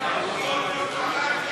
(תיקוני חקיקה),